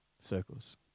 circles